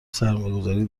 سرمایهگذاری